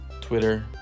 Twitter